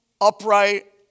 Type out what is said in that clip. upright